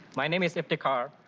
my name is iftar karr,